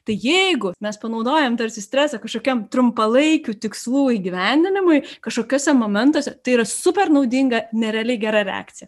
tai jeigu mes panaudojam tarsi stresą kažkokiam trumpalaikių tikslų įgyvendinimui kažkokiuose momentuose tai yra super naudinga nerealiai gera reakcija